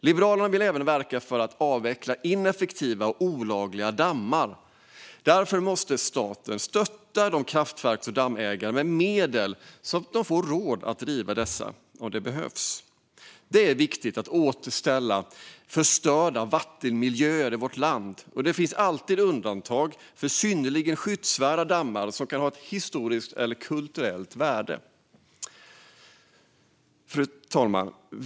Liberalerna vill också verka för att avveckla ineffektiva eller olagliga dammar. Staten måste stötta kraftverks och dammägare med medel så att dessa får råd att riva dammarna om det behövs. Det är viktigt att återställa förstörda vattenmiljöer i vårt land. Det finns alltid undantag för synnerligen skyddsvärda dammar som kan ha ett historiskt eller kulturellt värde. Fru talman!